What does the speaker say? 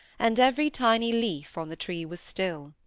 and every tiny leaf on the trees was still.